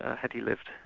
ah had he lived.